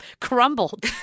crumbled